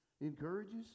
encourages